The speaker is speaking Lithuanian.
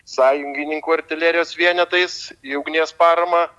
sąjungininkų artilerijos vienetais į ugnies paramą